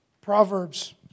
Proverbs